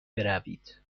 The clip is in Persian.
بروید